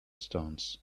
stones